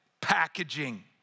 packaging